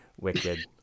Wicked